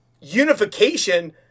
unification